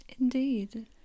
Indeed